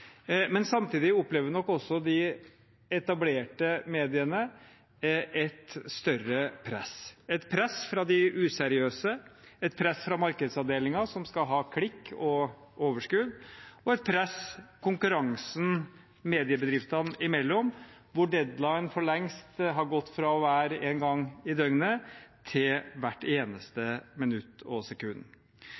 Samtidig opplever nok også de etablerte mediene et større press – et press fra de useriøse, et press fra markedsavdelinger som skal ha klikk og overskudd, og et press i konkurransen mediebedriftene imellom, hvor deadline for lengst har gått fra å være én gang i døgnet til hvert eneste minutt og sekund.